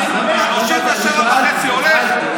37,500 שקל הולך?